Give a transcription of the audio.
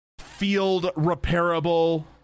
field-repairable